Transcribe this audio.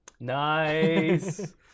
Nice